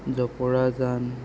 দপৰাজান